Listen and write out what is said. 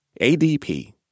ADP